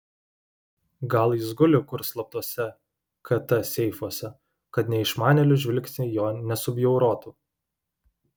gal jis guli kur slaptuose kt seifuose kad neišmanėlių žvilgsniai jo nesubjaurotų